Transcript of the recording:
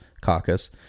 caucus